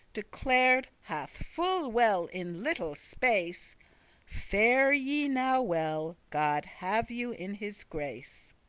declared hath full well in little space fare ye now well, god have you in his grace.